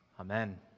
Amen